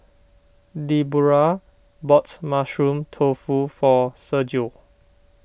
Deborah bought Mushroom Tofu for Sergio